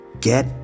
Get